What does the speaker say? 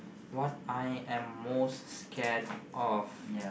what I am most scared of